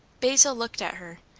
basil looked at her,